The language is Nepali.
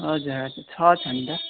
हजुर हजुर छ छनु त